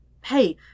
Hey